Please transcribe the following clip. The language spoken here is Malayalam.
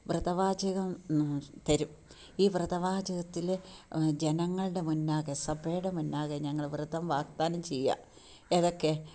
വ്രത വാചകം തരും ഈ വ്രത വാചകത്തിൽ ജനങ്ങളുടെ മുന്നാകെ സഭയുടെ മുന്നാകെ ഞങ്ങൾ വ്രതം വാഗ്ദാനം ചെയ്യുക ഏതൊക്കെ